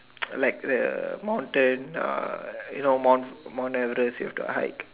like the mountain uh you know mount mount Everest with the hike